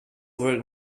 were